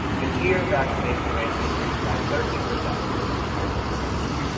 and here, vaccination rates increase by thirteen percent within the combined intervention,